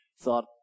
thought